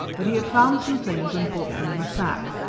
but he had found some things and brought them in a sack.